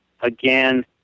again